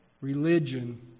religion